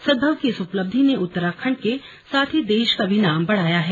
सदभव की इस उपलब्धि ने उत्तराखंड के साथ ही देश का भी मान बढ़ाया है